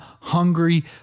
hungry